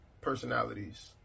personalities